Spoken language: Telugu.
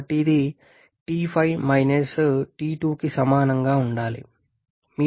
కాబట్టి ఇది T5 − T2 కి సమానంగా ఉండాలి